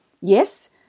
yes